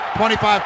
25